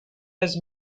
has